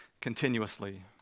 continuously